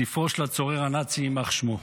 ספרו של הצורר הנאצי, יימח שמו.